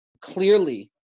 clearly